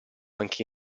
anche